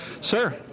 sir